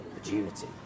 opportunity